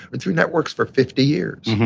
and three networks for fifty years.